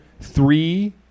three